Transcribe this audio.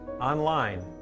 online